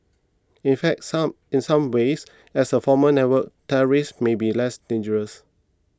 in fact some in some ways as a formal network terrorists may be less dangerous